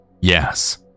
Yes